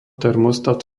termostat